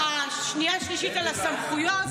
ואת השנייה והשלישית על הסמכויות יביאו בנפרד.